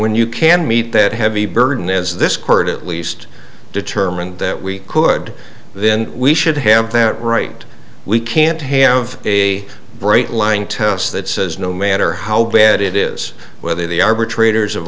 when you can meet that heavy burden as this court at least determined that we could then we should have that right we can't hang out of a bright line test that says no matter how bad it is whether the arbitrator's have